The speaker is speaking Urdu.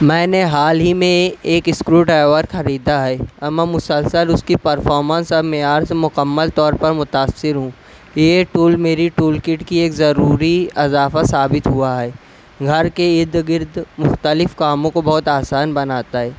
میں نے حال ہی میں ایک اسکرو ڈرائیور خریدا ہے اور میں مسلسل اس کی پرفارمنس اور معیار سے مکمل طور پر متأثر ہوں یہ ٹول میری ٹول کٹ کی ایک ضروری اضافہ ثابت ہوا ہے گھر کے ارد گرد مختلف کاموں کو بہت آسان بناتا ہے